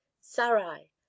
sarai